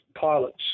pilots